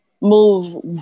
move